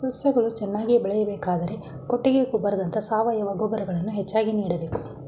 ಸಸ್ಯಗಳು ಚೆನ್ನಾಗಿ ಬೆಳೆಯಬೇಕಾದರೆ ಕೊಟ್ಟಿಗೆ ಗೊಬ್ಬರದಂತ ಸಾವಯವ ಗೊಬ್ಬರಗಳನ್ನು ಹೆಚ್ಚಾಗಿ ನೀಡಬೇಕು